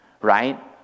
right